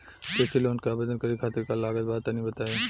कृषि लोन के आवेदन करे खातिर का का लागत बा तनि बताई?